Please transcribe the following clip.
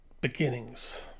beginnings